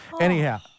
Anyhow